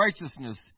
righteousness